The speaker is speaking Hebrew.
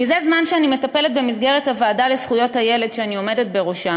מזה זמן שאני מטפלת במסגרת הוועדה לזכויות הילד שאני עומדת בראשה